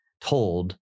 told